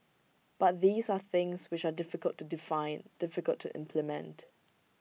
but these are things which are difficult to define difficult to implement